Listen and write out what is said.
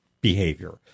behavior